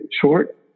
short